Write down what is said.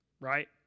right